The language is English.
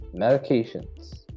medications